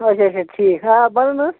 اَچھا اَچھا ٹھیٖک آ بنَن حظ